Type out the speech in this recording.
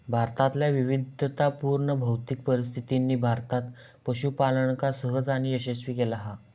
भारतातल्या विविधतापुर्ण भौतिक परिस्थितीनी भारतात पशूपालनका सहज आणि यशस्वी केला हा